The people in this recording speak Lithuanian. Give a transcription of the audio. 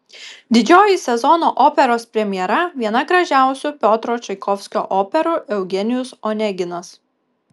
didžioji sezono operos premjera viena gražiausių piotro čaikovskio operų eugenijus oneginas